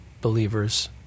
believers